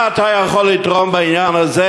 מה אתה יכול לתרום בעניין הזה?